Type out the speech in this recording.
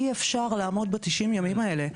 ואי-אפשר לעמוד ב-90 הימים האלה,